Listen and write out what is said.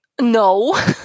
no